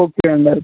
okay అండి